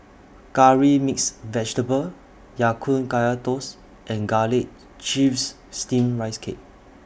Curry Mixed Vegetable Ya Kun Kaya Toast and Garlic Chives Steamed Rice Cake